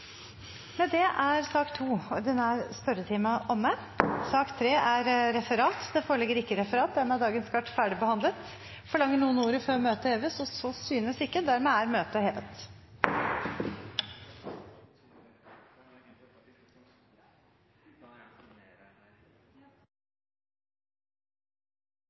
Med det er sak nr. 2 omme. Det foreligger ikke noe referat. Dermed er dagens kart ferdigbehandlet. Forlanger noen ordet før møtet heves? – Så synes ikke, og møtet er